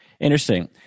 Interesting